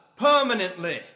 permanently